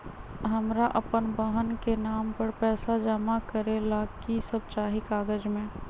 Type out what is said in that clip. हमरा अपन बहन के नाम पर पैसा जमा करे ला कि सब चाहि कागज मे?